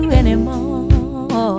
anymore